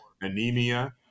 anemia